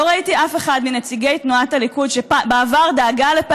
לא ראיתי אף אחד מנציגי תנועת הליכוד,